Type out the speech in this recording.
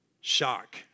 shock